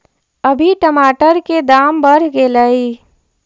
अभी टमाटर के दाम बढ़ गेलइ